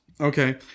Okay